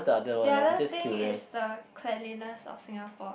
the other thing is the cleanliness of Singapore